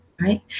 right